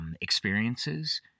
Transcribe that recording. experiences